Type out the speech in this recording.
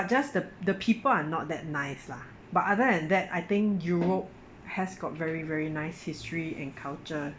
just the the people are not that nice lah but other than that I think europe has got very very nice history and culture